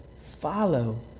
follow